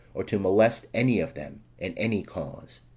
or to molest any of them, in any cause.